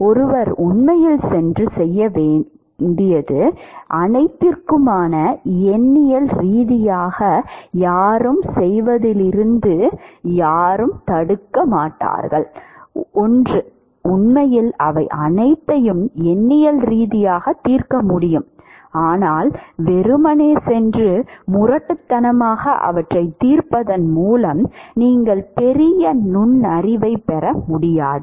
ஒருவர் உண்மையில் சென்று செய்ய முடியும் இவை அனைத்திற்கும் எண்ணியல் ரீதியாக யாரும் செய்வதிலிருந்து யாரும் தடுக்க மாட்டார்கள் 1 உண்மையில் அவை அனைத்தையும் எண்ணியல் ரீதியாக தீர்க்க முடியும் ஆனால் வெறுமனே சென்று முரட்டுத்தனமாக அவற்றைத் தீர்ப்பதன் மூலம் நீங்கள் பெரிய நுண்ணறிவைப் பெற முடியாது